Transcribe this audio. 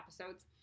episodes